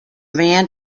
band